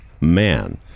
man